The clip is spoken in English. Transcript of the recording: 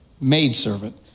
maidservant